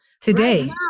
today